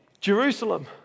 Jerusalem